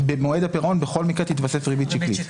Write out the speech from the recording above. כי במועד הפירעון בכל מקרה תתווסף ריבית שקלית.